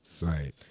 Right